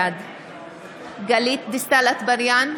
בעד גלית דיסטל אטבריאן,